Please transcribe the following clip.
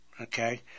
okay